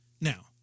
Now